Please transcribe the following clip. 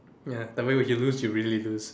ya that way when you lose you really lose